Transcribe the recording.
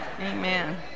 Amen